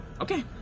Okay